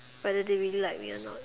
what the day we look like we are not